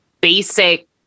basic